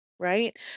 right